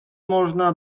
można